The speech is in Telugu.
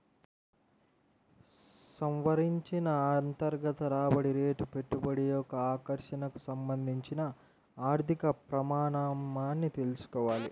సవరించిన అంతర్గత రాబడి రేటు పెట్టుబడి యొక్క ఆకర్షణకు సంబంధించిన ఆర్థిక ప్రమాణమని తెల్సుకోవాలి